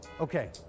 Okay